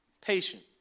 patient